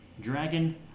Dragon